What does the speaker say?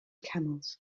camels